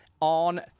On